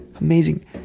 amazing